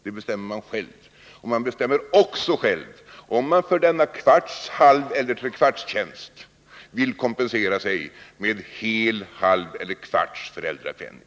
Man bestämmer själv hur mycket man vill jobba, och man bestämmer också själv om man för denna kvartstjänst, halva tjänst eller trekvartstjänst vill kompensera sig med hel, halv eller kvarts föräldrapenning.